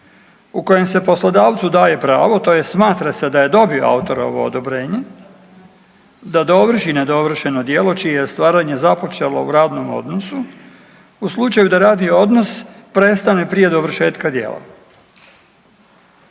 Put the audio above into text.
u kojem se poslodavcu daje pravo, tj. smatra se da je dobio autorovo odobrenje da dovrši nedovršeno djelo čije je stvaranje započelo u radnom odnosu, u slučaju da radni odnos prestane prije dovršetka djela.